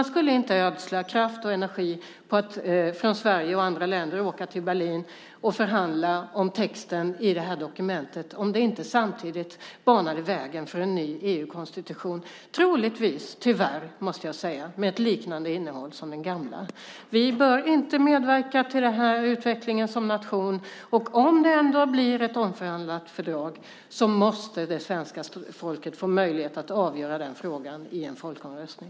Sverige och andra länder skulle inte ödsla kraft och energi på att åka till Berlin och förhandla om texten i detta dokument om det inte samtidigt banade vägen för en ny EU-konstitution, troligtvis - tyvärr, måste jag säga - med ett liknande innehåll som den gamla. Vi bör inte som nation medverka till denna utveckling. Och om det ändå blir ett omförhandlat fördrag måste svenska folket få möjlighet att avgöra frågan i en folkomröstning!